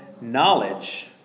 knowledge